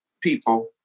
people